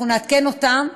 אנחנו נעדכן אותם,